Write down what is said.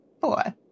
Four